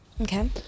Okay